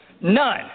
none